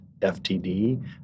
FTD